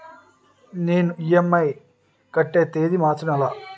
నేను ఇ.ఎం.ఐ కట్టే తేదీ మార్చడం ఎలా?